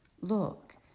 Look